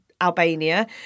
Albania